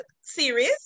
series